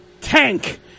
tank